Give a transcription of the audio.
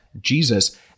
Jesus